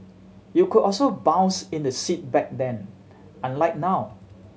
you could also bounce in the seat back then unlike now